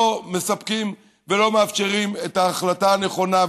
לא מספקים ולא מאפשרים את ההחלטה הנכונה,